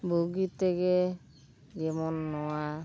ᱵᱩᱜᱤ ᱛᱮᱜᱮ ᱡᱮᱢᱚᱱ ᱱᱚᱣᱟ